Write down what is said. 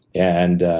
and